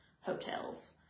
hotels